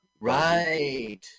Right